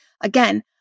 again